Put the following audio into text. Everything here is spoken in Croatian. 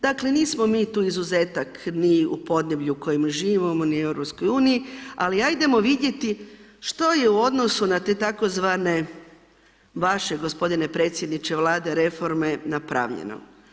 Dakle nismo tu izuzetak ni u podneblju u kojem živimo ni u EU-u ali ajdemo vidjeti što je u odnosu na te tzv. vaše gospodine predsjedniče Vlade, reforme napravljeno.